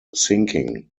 sinking